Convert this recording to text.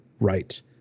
right